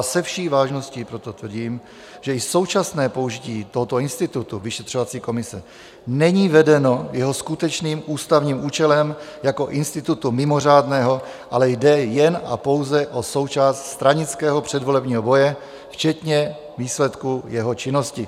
Se vší vážností proto tvrdím, že i současné použití tohoto institutu vyšetřovací komise není vedeno jeho skutečným ústavním účelem jako institutu mimořádného, ale jde jen a pouze o součást stranického předvolebního boje včetně výsledku jeho činnosti.